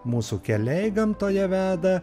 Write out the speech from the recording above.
mūsų keliai gamtoje veda